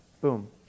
Boom